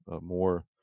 more